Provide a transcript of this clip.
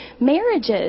marriages